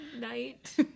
night